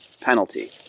penalty